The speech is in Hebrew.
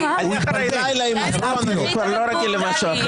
אחרי לילה עם רון, אני כבר לא רגיל למשהו אחר.